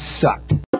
sucked